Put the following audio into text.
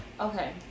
okay